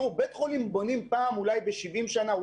בית חולים בונים פעם ב-70 שנה,